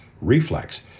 Reflex